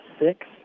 six